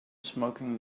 smoking